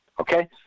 Okay